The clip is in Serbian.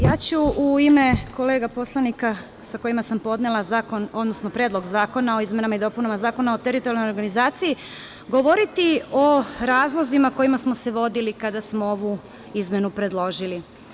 Ja ću u ime kolega poslanika sa kojima sam podnela Predlog zakona o izmenama i dopunama Zakona o teritorijalnoj organizaciji, govoriti o razlozima kojima smo se vodili kada smo ovu izmenu predložili.